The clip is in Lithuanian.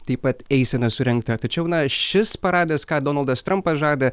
taip pat eisena surengta tačiau na šis paradas ką donaldas trampas žada